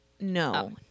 No